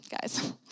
guys